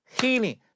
healing